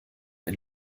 ein